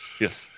Yes